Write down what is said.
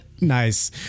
Nice